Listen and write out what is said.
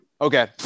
Okay